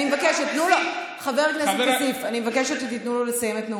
אני מבקשת שתיתנו לו לסיים את נאומו.